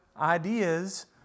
ideas